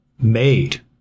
made